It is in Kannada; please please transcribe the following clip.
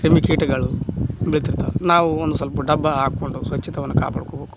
ಕ್ರಿಮಿಕೀಟಗಳು ಬಿದ್ದಿರ್ತವೆ ನಾವು ಒಂದು ಸ್ವಲ್ಪ ಡಬ್ಬ ಹಾಕೊಂಡು ಸ್ವಚ್ಛತಯನ್ನ ಕಾಪಾಡ್ಕೊಬೇಕು